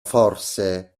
forse